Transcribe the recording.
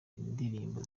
indirimbo